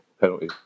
penalty